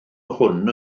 hwn